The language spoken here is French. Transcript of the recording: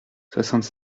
soixante